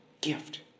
gift